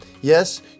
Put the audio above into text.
Yes